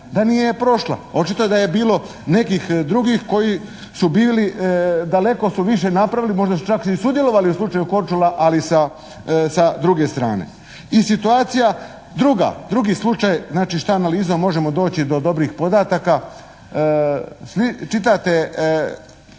da nije prošla. Očito je da je bilo nekih drugih koji su bili, daleko su više napravili, možda su čak i sudjelovali u slučaju Korčula, ali sa druge strane. I situacija druga, drugi slučaj, znači šta analizom možemo doći do dobrih podataka. Čitate